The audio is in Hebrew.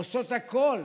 עושות הכול